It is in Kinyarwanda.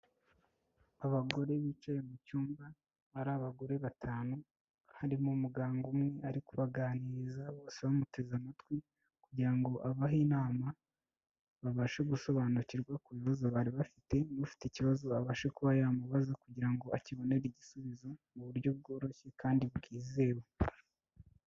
Abagore bicaye mu cyumba, ari abagore batanu harimo umuganga umwe ari kubaganiriza bose bamuteze amatwi kugira ngo abahe inama, babashe gusobanukirwa ku bibazo bari bafite n'ufite ikibazo ababashe kuba yamubaza kugira ngo akibonere igisubizo mu buryo bworoshye kandi bwizewe.